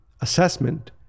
assessment